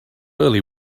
early